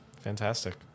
Fantastic